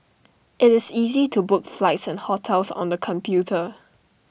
IT is easy to book flights and hotels on the computer